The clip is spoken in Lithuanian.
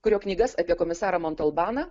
kurio knygas apie komisarą montelbaną